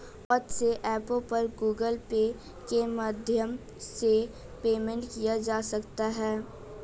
बहुत से ऐपों पर गूगल पे के माध्यम से पेमेंट किया जा सकता है